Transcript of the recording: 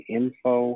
info